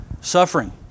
suffering